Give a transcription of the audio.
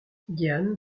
diane